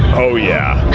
oh yeah.